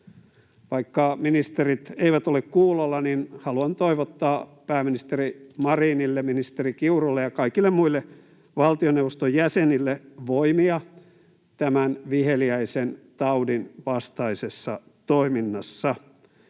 Vaikka ministerit eivät ole kuulolla, niin haluan toivottaa pääministeri Marinille, ministeri Kiurulle ja kaikille muille valtioneuvoston jäsenille voimia tämän viheliäisen taudin vastaisessa toiminnassa,